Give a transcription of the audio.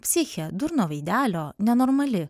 psichė durno veidelio nenormali